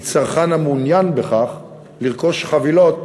מצרכן המעוניין בכך לרכוש חבילות